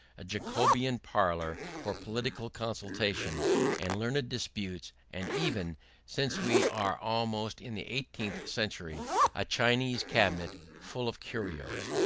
a jacobean parlour for political consultation and learned disputes, and even since we are almost in the eighteenth century a chinese cabinet full of curios.